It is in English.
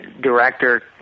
director